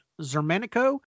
Zermanico